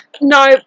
No